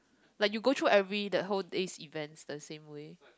like you go through every the whole day's event the same way